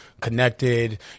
connected